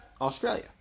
Australia